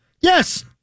Yes